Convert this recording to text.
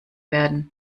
werden